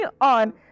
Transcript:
on